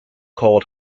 called